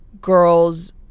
girls